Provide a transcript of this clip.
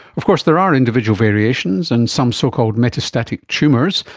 of course there are individual variations, and some so-called metastatic tumours,